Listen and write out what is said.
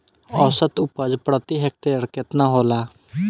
औसत उपज प्रति हेक्टेयर केतना होला?